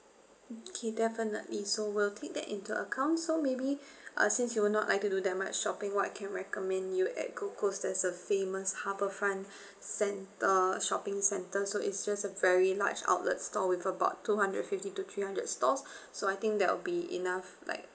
okay definitely so we'll take that into account so maybe uh since you were not like to do that much shopping what I can recommend you at gold coast there's a famous harbourfront centre shopping centre so it's just a very large outlet store with about two hundred fifty to three hundred stores so I think that would be enough like